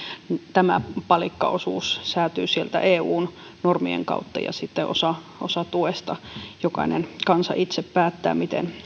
tämä palikkaosuus säätyy sieltä eun normien kautta ja sitten osan osan tuesta jokainen kansa itse päättää miten